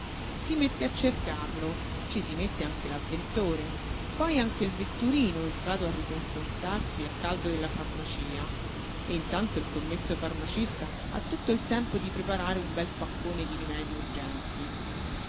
si mette a cercarlo ci si mette anche l'avventore poi anche il vetturino entrato a riconfortarsi al caldo della farmacia e intanto il commesso farmacista ha tutto il tempo di preparare un bel paccone di rimedii urgenti